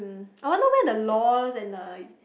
I wonder where the lor and the